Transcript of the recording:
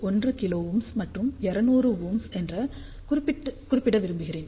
1 kΩ மற்றும் 200Ω என்று குறிப்பிட விரும்புகிறேன்